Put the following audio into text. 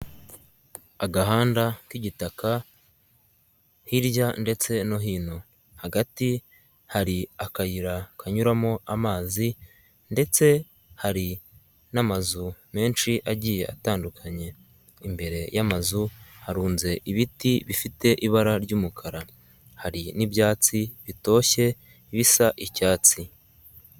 agahanda k'igitaka, hirya ndetse no hino, hagati hari akayira kanyuramo amazi ndetse hari n'amazu menshi agiye atandukanye, imbere y'amazu harunze ibiti bifite ibara ry'umukara. Hari n'ibyatsi bitoshye, bisa icyatsi.